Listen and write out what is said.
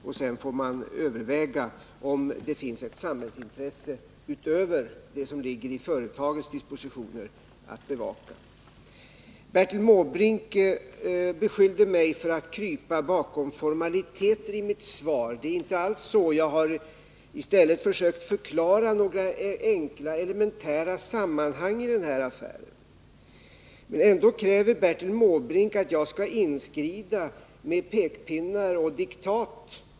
Därefter får man överväga om det finns ett samhällsintresse utöver det som ligger i företagens dispositioner att bevaka. Bertil Måbrink beskyllde mig för att i mitt svar krypa bakom formaliteter. Det är inte alls så. Jag har i stället försökt förklara några enkla och elementära sammanhang i den här affären. Ändå kräver Bertil Måbrink att jag skall inskrida med pekpinnar och diktat.